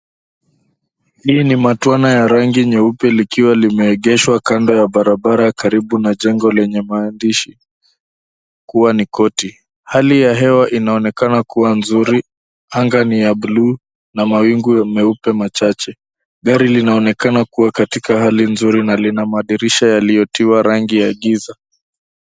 Hii ni matwana ya rangi nyeupe likiwa limeegeshwa kando ya barabara karibu na jengo lenye maandishi kuwa ni korti. Hali ya hewa inaonekana nzuri, anga ni ya buluu na mawingu meupe machache. Gari linaonekana kuwa katika hali nzuri na lina madirisha yaliyotiwa rangi ya giza.